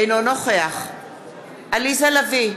אינו נוכח עליזה לביא,